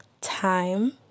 time